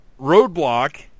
Roadblock